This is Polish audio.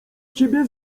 ciebie